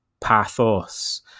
pathos